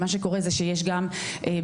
כי מה שקורה זה שיש גם באיבה,